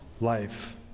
life